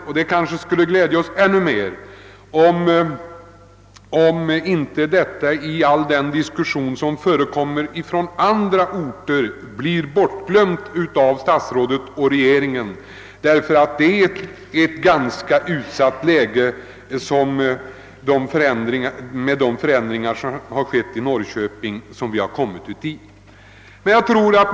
Och det skulle glädja oss ännu mer om detta uttalande nu inte blir bortglömt i den stora diskussionen rörande alla andra orter. De förändringar som skett i Norrköping har nämligen medfört att vi har kommit i ett mycket utsatt läge.